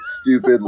stupid